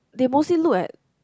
they mostly look at